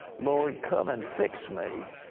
lord, come and fix me.